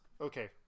Okay